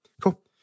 cool